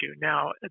Now